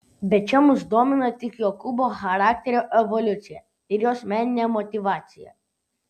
bet čia mus domina tik jokūbo charakterio evoliucija ir jos meninė motyvacija